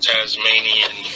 Tasmanian